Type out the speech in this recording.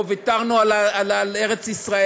לא ויתרנו על ארץ-ישראל.